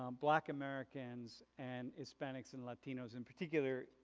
um black americans and hispanics and latinos in particular